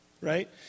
right